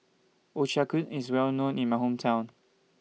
Ochazuke IS Well known in My Hometown